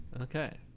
Okay